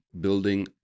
building